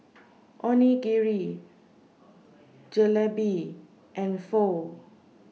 Onigiri Jalebi and Pho